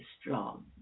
strong